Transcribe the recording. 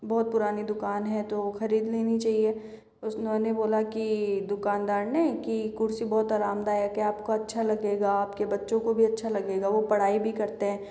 बहुत पुरानी दुकान है तो खरीद लेनी चहिए उस उन्होंने बोला की दुकानदार ने की कुर्सी बहुत अरामदायक है आपको अच्छा लगेगा आपके बच्चों को भी अच्छा लगेगा वो पढ़ाई भी करते हैं